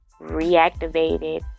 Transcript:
reactivated